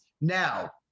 now